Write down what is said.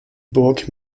burg